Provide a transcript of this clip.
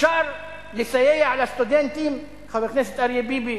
אפשר לסייע לסטודנטים, חבר הכנסת אריה ביבי?